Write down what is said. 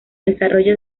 desarrollo